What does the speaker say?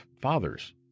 fathers